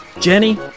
Jenny